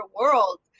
world